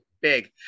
big